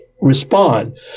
respond